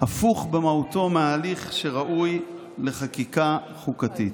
הפוך במהותו מההליך שראוי לחקיקה חוקתית,